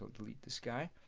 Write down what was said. delete this guy